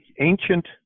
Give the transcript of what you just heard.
ancient